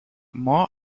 more